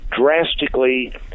drastically